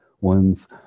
ones